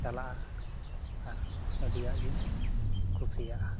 ᱪᱟᱞᱟᱜᱼᱟ ᱟᱨ ᱟᱹᱰᱤᱜᱟᱱᱤᱧ ᱠᱩᱥᱤᱭᱟᱜᱼᱟ